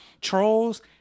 Trolls